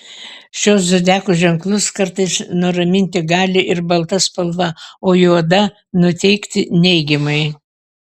šiuos zodiako ženklus kartais nuraminti gali ir balta spalva o juoda nuteikti neigiamai